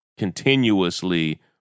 continuously